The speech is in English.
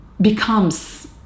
becomes